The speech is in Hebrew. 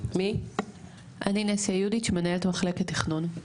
אני מנהלת מחלקת תכנון.